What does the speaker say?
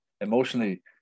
emotionally